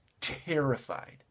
terrified